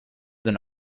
than